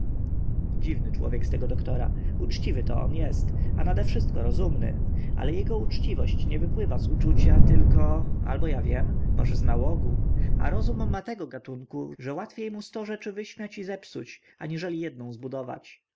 dziwny człowiek z tego doktora uczciwy to on jest a nadewszystko rozumny ale jego uczciwość nie wypływa z uczucia tylko albo ja wiem może z nałogu a rozum ma tego gatunku że łatwiej mu sto rzeczy wyśmiać i zepsuć aniżeli jedną zbudować